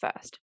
first